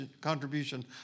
contribution